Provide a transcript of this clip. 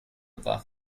war